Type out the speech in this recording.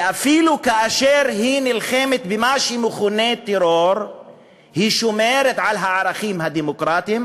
ואפילו כאשר היא נלחמת במה שמכונה טרור היא שומרת על הערכים הדמוקרטיים,